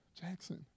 Jackson